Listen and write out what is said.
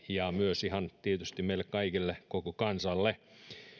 ja myös ihan tietysti meille kaikille koko kansalle